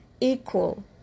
equal